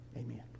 Amen